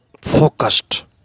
focused